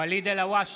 בעד ואליד אלהואשלה,